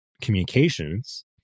communications